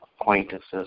acquaintances